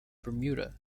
bermuda